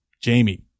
Jamie